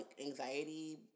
anxiety